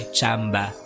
Chamba